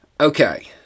Okay